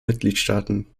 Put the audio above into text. mitgliedstaaten